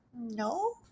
no